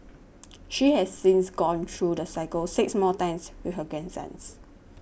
she has since gone through the cycle six more times with her grandsons